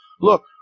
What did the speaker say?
look